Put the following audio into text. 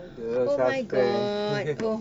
dia suspend